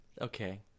Okay